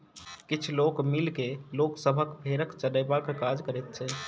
किछ लोक मिल के लोक सभक भेंड़ के चरयबाक काज करैत छै